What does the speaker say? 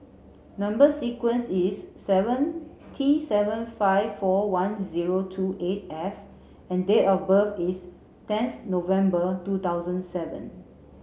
number sequence is seven T seven five four one zero two eight F and date of birth is tenth November two thousand seven